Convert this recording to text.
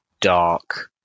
dark